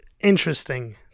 Interesting